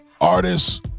artists